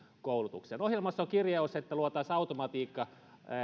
koulutuksen ohjelmassa on kirjaus että luotaisiin automatiikka